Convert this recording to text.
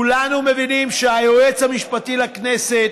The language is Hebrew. כולנו מבינים שהיועץ המשפטי לכנסת